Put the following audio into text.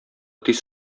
тиз